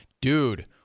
dude